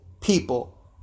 people